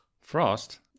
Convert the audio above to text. Frost